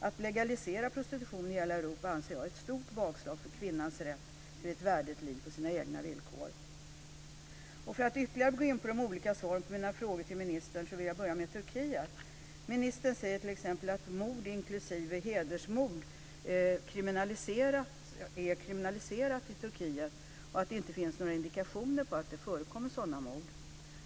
Att legalisera prostitution i hela Europa anser jag vara ett stort bakslag för kvinnans rätt till ett värdigt liv på sina egna villkor. För att ytterligare gå in på de olika svaren på mina frågor till ministern vill jag ta upp Turkiet. Ministern säger att hedersmord är kriminaliserat i Turkiet och att det inte finns några indikationer på att det förekommer några sådana mord.